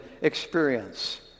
experience